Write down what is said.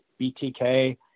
BTK